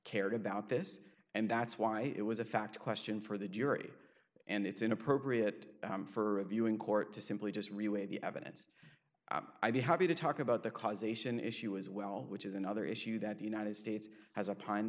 cared about this and that's why it was a fact question for the jury and it's inappropriate for a viewing court to simply just relay the evidence i'd be happy to talk about the causation issue as well which is another issue that the united states has a pint